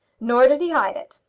nor did he hide it.